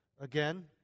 again